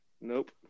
Nope